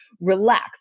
relax